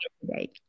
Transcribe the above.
today